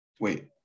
Wait